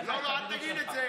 אתה מונע מנקמה אישית.